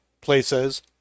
Places